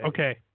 Okay